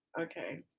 Okay